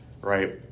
right